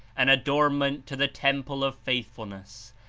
an adornment to the temple of faith fulness,